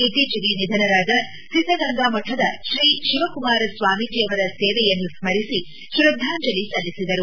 ಇತ್ತೀಚೆಗೆ ನಿಧನರಾದ ಸಿದ್ದಗಂಗಾಮಠದ ಶ್ರೀ ತಿವಕುಮಾರ ಸ್ವಾಮೀಜಿ ಅವರ ಸೇವೆಯನ್ನು ಸ್ಥರಿಸಿ ಶ್ರದ್ದಾಂಜಲಿ ಸಲ್ಲಿಸಿದರು